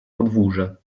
podwórze